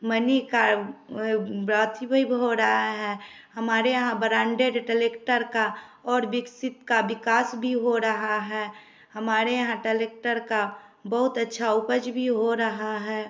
money का ब्रथी भी हो रहा है हमारे यहाँ ब्रांडेड टलेक्टर का और विकसित का विकास भी हो रहा है हमारे यहाँ टलेक्टर का बहुत अच्छा उपज भी हो रहा है